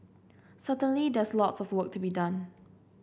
certainly there's lots of work to be done